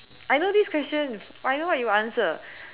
I know this question but I know what you would answer